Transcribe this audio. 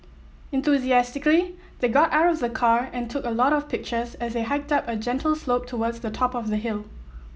enthusiastically they got out of the car and took a lot of pictures as they hiked up a gentle slope towards the top of the hill